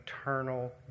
eternal